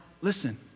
listen